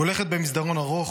/ הולכת במסדרון ארוך,